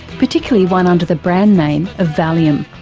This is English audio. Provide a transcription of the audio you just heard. particularly one under the brand name of valium.